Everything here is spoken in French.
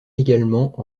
également